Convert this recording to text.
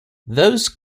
those